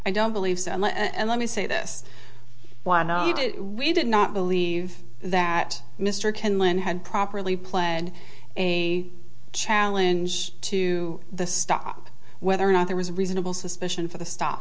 i don't believe so and let me say this while we did not believe that mr ken land had properly planned a challenge to the stop whether or not there was a reasonable suspicion for the stop